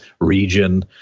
region